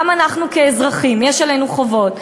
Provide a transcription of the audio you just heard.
גם אנחנו, כאזרחים, יש עלינו חובות.